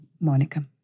Monica